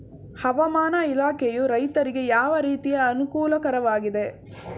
ಹವಾಮಾನ ಇಲಾಖೆಯು ರೈತರಿಗೆ ಯಾವ ರೀತಿಯಲ್ಲಿ ಅನುಕೂಲಕರವಾಗಿದೆ?